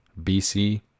bc